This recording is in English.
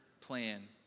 Plan